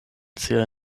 siaj